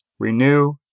renew